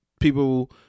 People